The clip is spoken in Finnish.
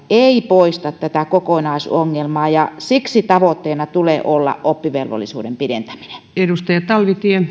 ei poista tätä kokonaisongelmaa ja siksi tavoitteena tulee olla oppivelvollisuuden pidentäminen